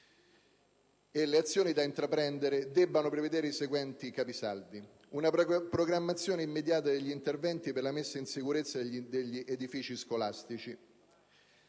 di azioni da intraprendere debba prevedere i seguenti capisaldi: una programmazione immediata degli interventi per la messa in sicurezza degli edifici scolastici,